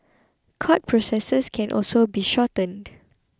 court processes can also be shortened